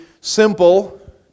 simple